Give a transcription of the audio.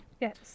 yes